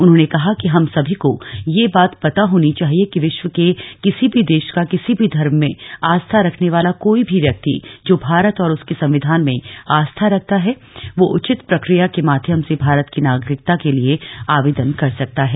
उन्होंने कहा कि हम समी को यह बात पता होनी चाहिए कि विश्व के किसी भी देश का किसी भी धर्म में आस्था रखने वाला कोई भी व्यक्ति जो भारत और उसके संविधान में आस्था रखता है वह उचित प्रक्रिया के माध्यम से भारत की नागरिकता के लिए आवेदन कर सकता है